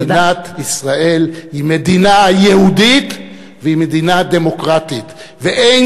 מדינת ישראל היא מדינה יהודית והיא מדינה דמוקרטית ואין